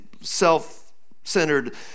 self-centered